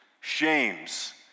shames